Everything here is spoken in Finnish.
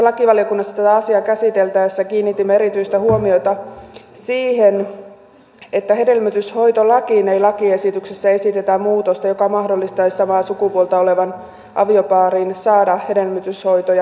lakivaliokunnassa tätä asiaa käsiteltäessä kiinnitimme erityistä huomiota siihen että hedelmöityshoitolakiin ei lakiesityksessä esitetä muutosta joka mahdollistaisi sen että samaa sukupuolta oleva aviopari saisi hedelmöityshoitoja parina